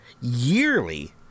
yearly